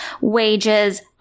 wages